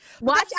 Watch